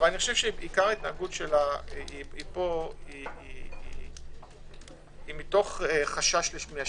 אבל עיקר ההתנגדות פה היא מתוך חשש מהשינוי.